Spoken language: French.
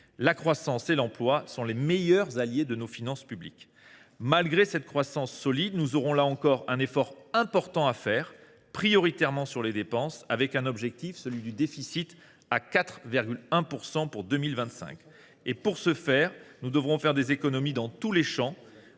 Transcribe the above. La croissance et l’emploi sont les meilleurs alliés de nos finances publiques. Malgré cette croissance solide, nous aurons encore un effort important à produire, prioritairement sur les dépenses, avec pour objectif de ramener le déficit à 4,1 % pour 2025. Pour y parvenir, nous devrons faire des économies dans tous les champs.